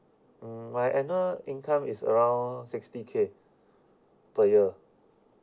mm my annual income is around sixty K per year